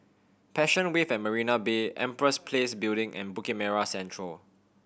Passion Wave at Marina Bay Empress Place Building and Bukit Merah Central